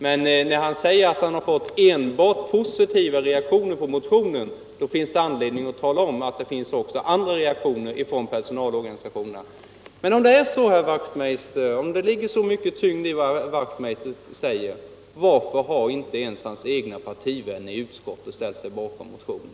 Men när han säger att han har fått enbart positiva reaktioner på sin motion, finns det anledning att tala om att det också förekommit andra reaktioner från personalorganisationerna. Men om det ligger så mycket tyngd i vad herr Wachtmeister säger, varför har då hans egna partivänner i utskottet inte ställt sig bakom motionen?